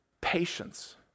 patience